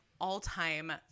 all-time